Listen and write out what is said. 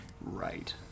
right